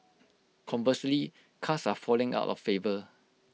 conversely cars are falling out of favour